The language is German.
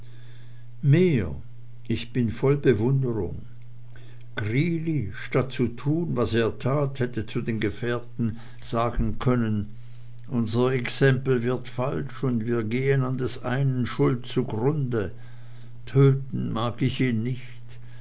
mehr ich bin voll bewunderung greeley statt zu tun was er tat hätte zu den gefährten sagen können unser exempel wird falsch und wir gehen an des einen schuld zugrunde töten mag ich ihn nicht